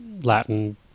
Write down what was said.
Latin